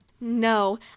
no